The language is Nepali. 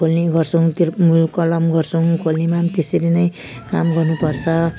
खोल्नी गर्छौँ तिर उयो कलम गर्छौँ खोल्नीमा पनि नि त्यसरी नै काम गर्नुपर्छ